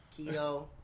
Keto